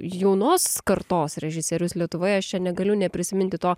jaunos kartos režisierius lietuvoje aš čia negaliu neprisiminti to